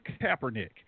Kaepernick